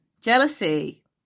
jealousy